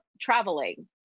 traveling